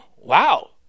wow